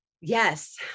Yes